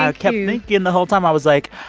i kept thinking the whole time i was like,